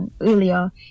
earlier